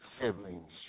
siblings